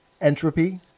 entropy